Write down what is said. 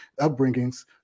upbringings